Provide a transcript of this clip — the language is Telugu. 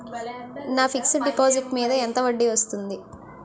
నా ఫిక్సడ్ డిపాజిట్ మీద ఎంత వడ్డీ వస్తుంది?